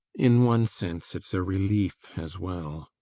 in one sense, it's a relief as well.